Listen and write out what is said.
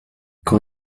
quand